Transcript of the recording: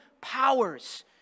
powers